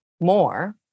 more